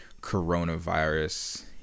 coronavirus